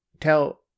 tell